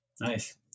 nice